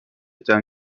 était